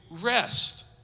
rest